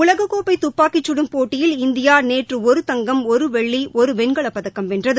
உலக கோப்பை தப்பாக்கி கடும் போட்டியில் இந்தியா நேற்று ஒரு தங்கம் ஒரு வெள்ளி ஒரு வெண்கலப்பதக்கம் வென்றது